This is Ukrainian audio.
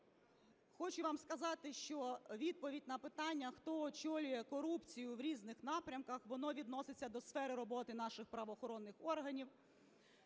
Хочу вам сказати, що відповідь на питання, хто очолює корупцію в різних напрямках, воно відноситься до сфери роботи наших правоохоронних органів.